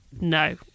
no